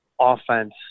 offense